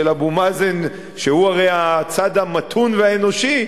אבו מאזן הוא הרי הצד המתון והאנושי,